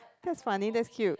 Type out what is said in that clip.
that's funny that's cute